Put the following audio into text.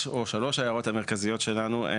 או שלוש ההערות המרכזיות שלנו,